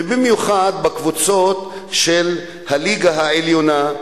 ובמיוחד בקבוצות של הליגה העליונה,